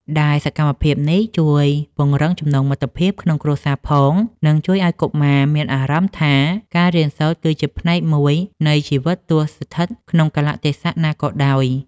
ដែលសកម្មភាពនេះជួយពង្រឹងចំណងមិត្តភាពក្នុងគ្រួសារផង និងជួយឱ្យកុមារមានអារម្មណ៍ថាការរៀនសូត្រគឺជាផ្នែកមួយនៃជីវិតទោះស្ថិតក្នុងកាលៈទេសៈណាក៏ដោយ។